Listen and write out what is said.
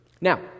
Now